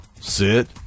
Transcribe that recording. Sit